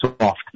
soft